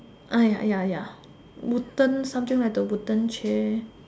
ah ya ya ya wooden something like the wooden chair